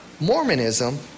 Mormonism